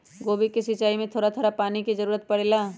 गोभी के सिचाई में का थोड़ा थोड़ा पानी के जरूरत परे ला?